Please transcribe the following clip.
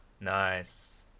Nice